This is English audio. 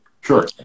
Sure